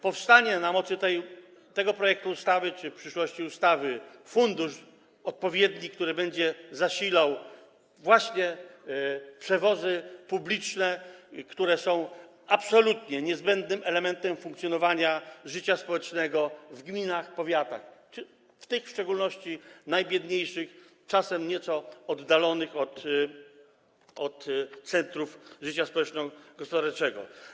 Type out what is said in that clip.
Powstanie na mocy tego projektu ustawy, w przyszłości ustawy, odpowiedni fundusz, który będzie zasilał środki na przewozy publiczne, które są absolutnie niezbędnym elementem funkcjonowania życia społecznego w gminach, powiatach, w szczególności w tych najbiedniejszych, czasem nieco oddalonych od centrów życia społeczno-gospodarczego.